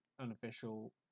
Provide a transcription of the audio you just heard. Unofficial